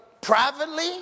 privately